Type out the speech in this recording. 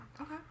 Okay